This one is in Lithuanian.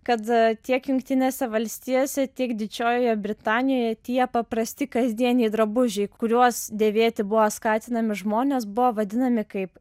kad tiek jungtinėse valstijose tiek didžiojoje britanijoje tie paprasti kasdieniai drabužiai kuriuos dėvėti buvo skatinami žmonės buvo vadinami kaip